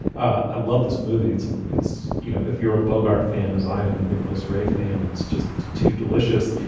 ah i love this movie. it's and it's you know, if you're a bogart fan, as i am a nicholas ray fan, it's just too delicious.